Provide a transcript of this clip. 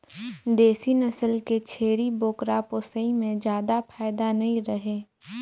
देसी नसल के छेरी बोकरा पोसई में जादा फायदा नइ रहें